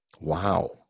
Wow